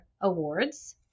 awards